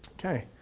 okay,